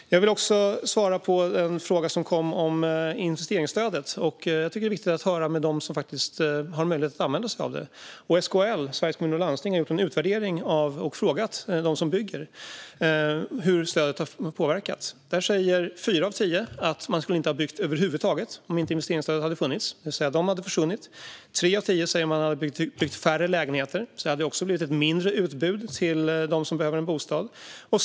Jag vill också svara på den fråga som kom om investeringsstödet. Jag tycker att det är viktigt att höra med dem som har möjlighet att använda sig av det. SKL, Sveriges Kommuner och Landsting, har gjort en utvärdering och frågat dem som bygger hur stödet har påverkat. Fyra av tio säger att de inte skulle ha byggt över huvud taget om inte investeringsstödet hade funnits. De hade alltså försvunnit. Tre av tio säger att de hade byggt färre lägenheter. Det hade alltså blivit ett mindre utbud för dem som behöver en bostad.